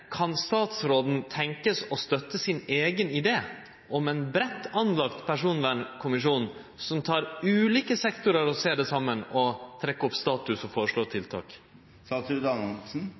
Kan statsråden tenkjast å støtte sin eigen idé om ein breitt fundert personvernkommisjon som tek ulike sektorar, ser dei saman, trekkjer opp status og